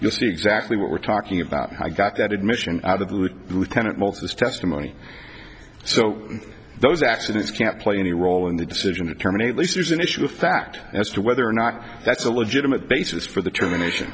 you'll see exactly what we're talking about how i got that admission out of the loop lieutenant most of this testimony so those accidents can't play any role in the decision to terminate at least there's an issue of fact as to whether or not that's a legitimate basis for the